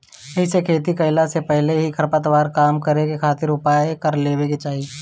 एहिसे खेती कईला से पहिले ही खरपतवार कम करे खातिर उपाय कर लेवे के चाही